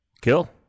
kill